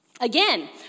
Again